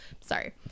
sorry